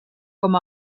com